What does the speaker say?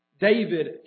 David